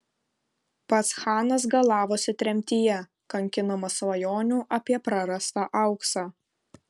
pats chanas galavosi tremtyje kankinamas svajonių apie prarastą auksą